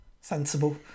Sensible